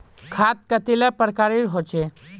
खाद कतेला प्रकारेर होचे?